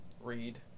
Read